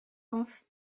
auf